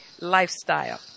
lifestyle